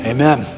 Amen